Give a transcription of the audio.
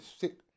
Sick